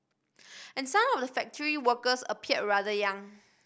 and some of the factory workers appeared rather young